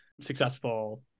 successful